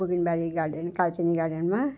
Bubinbari garden Kalchini गार्डनमा